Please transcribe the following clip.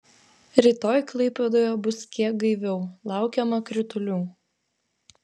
rytoj klaipėdoje bus kiek gaiviau laukiama kritulių